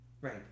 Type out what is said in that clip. Right